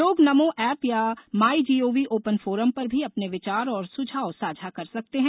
लोग नमो एप या my gov open forum पर भी अपने विचार और सुझाव साझा कर सकते हैं